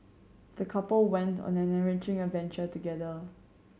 the couple went on an enriching adventure together